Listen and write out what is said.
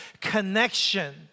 connection